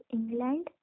England